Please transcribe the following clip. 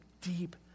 deep